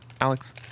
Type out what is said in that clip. Alex